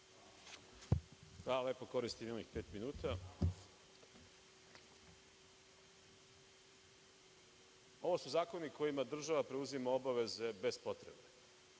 Hvala lepo, koristim i onih pet minuta. Ovo su zakoni kojima država preuzima obaveze bez potrebe.